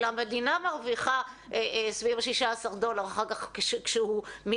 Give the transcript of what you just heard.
אלא המדינה מרוויחה סביב 16 דולר אחר כך ממיסים.